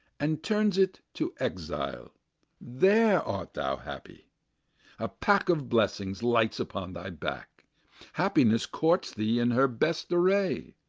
and turns it to exile there art thou happy a pack of blessings lights upon thy back happiness courts thee in her best array